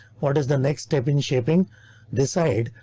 what is the next step in shaping this side,